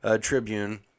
Tribune